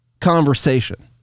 conversation